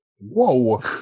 Whoa